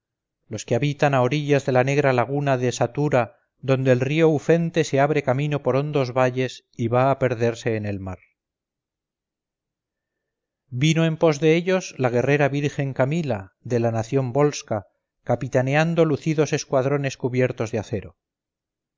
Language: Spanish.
los que habitan a orillas de la negra laguna se satura donde el frío ufente se abre camino por hondos valles y va a perderse en el mar vino en pos de ellos la guerrera virgen camila de la nación volsca capitaneando lucidos escuadrones cubiertos de acero